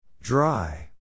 Dry